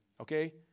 Okay